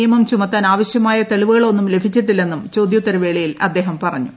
നിയമം ചുമത്താൻ ആവശ്യമായ തെളിവുകളൊന്നും ലഭിച്ചിട്ടില്ലെന്നും ചോദ്യോത്തര വേളയിൽ അദ്ദേഹം പറഞ്ഞു